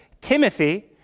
Timothy